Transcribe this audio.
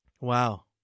Wow